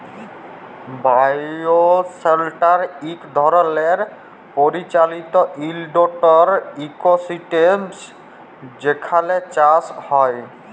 bioshelter ইক ধরলের পরিচালিত ইলডোর ইকোসিস্টেম যেখালে চাষ হ্যয়